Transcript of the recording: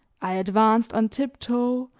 i advanced on tiptoe,